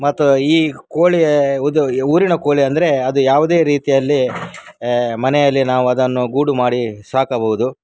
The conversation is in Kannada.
ಮತ್ತು ಈ ಕೋಳಿ ಉದ್ಯೊ ಊರಿನ ಕೋಳಿ ಅಂದರೆ ಅದು ಯಾವುದೇ ರೀತಿಯಲ್ಲಿ ಮನೆಯಲ್ಲಿ ನಾವು ಅದನ್ನು ಗೂಡು ಮಾಡಿ ಸಾಕಬಹುದು